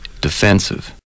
defensive